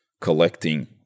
collecting